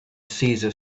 cesar